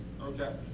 okay